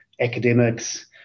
academics